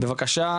בבקשה,